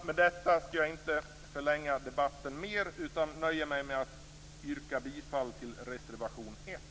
Med detta skall jag inte förlänga debatten mer, utan nöjer mig med att yrka bifall till reservation 1.